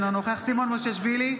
אינו נוכח סימון מושיאשוילי,